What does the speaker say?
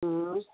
ꯎꯝ